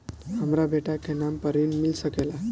हमरा बेटा के नाम पर ऋण मिल सकेला?